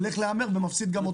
הולך להמר ומפסיד גם אותם.